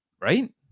right